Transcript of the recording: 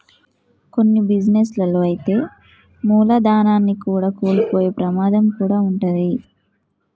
కొన్ని బిజినెస్ లలో అయితే మూలధనాన్ని కూడా కోల్పోయే ప్రమాదం కూడా వుంటది